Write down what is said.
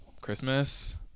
Christmas